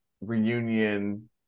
reunion